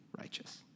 righteous